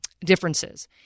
differences